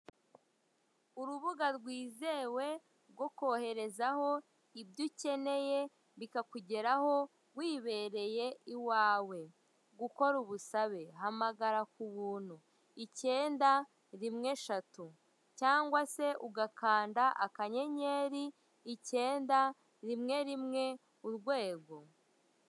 Urubuga rwizewe rwo koherezaho ibyo ukeneye bikakugeraho wibereye iwawe, gukora ubusabe hamagara kubuntu, ikenda rimwe eshatu cyangwa se ugakanda akanyenyeri ikenda rimwe rimwe urwego.